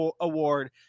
award